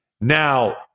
Now